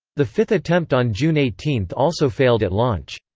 the fifth attempt on june eighteen also failed at launch.